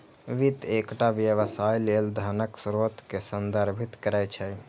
वित्त एकटा व्यवसाय लेल धनक स्रोत कें संदर्भित करै छै